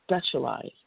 specialize